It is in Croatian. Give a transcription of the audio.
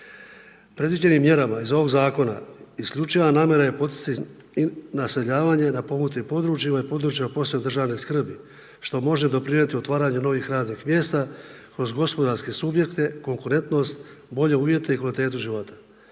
Predviđenim mjerama iz ovog Zakona, isključiva namjera je poticanje naseljavanje na potpomognutim područjima, i područjima posebne državne skrbi, što može doprinjeti otvaranju novih radnih mjesta kroz gospodarske subjekte, konkurentnost, bolje uvjete i kvalitetu života,